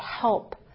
help